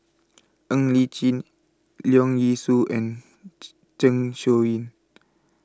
Ng Li Chin Leong Yee Soo and Zeng Shouyin